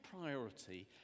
priority